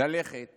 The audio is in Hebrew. ללכת